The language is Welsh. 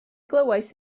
glywais